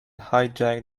hijack